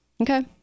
Okay